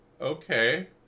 Okay